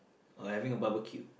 or having a barbeque